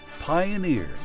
Pioneer